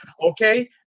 Okay